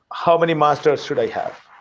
how many masters should i have?